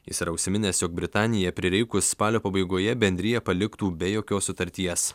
jis yra užsiminęs jog britanija prireikus spalio pabaigoje bendriją paliktų be jokios sutarties